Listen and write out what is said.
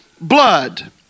blood